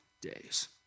days